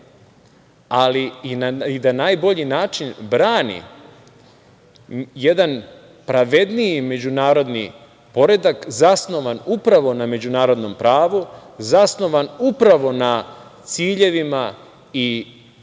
ali i da na najbolji način brani jedan pravedniji međunarodni poredak zasnovan upravo na međunarodnom pravu, zasnovan upravo na ciljevima i pojmovima